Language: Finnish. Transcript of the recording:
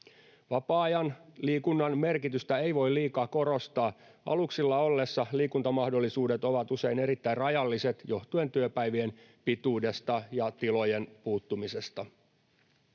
Vapaa-ajan liikunnan merkitystä ei voi liikaa korostaa. Aluksilla ollessa liikuntamahdollisuudet ovat usein erittäin rajalliset johtuen työpäivien pituudesta ja tilojen puuttumisesta.